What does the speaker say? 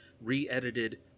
re-edited